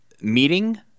meeting